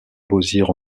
beauzire